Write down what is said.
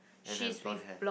and have blonde hair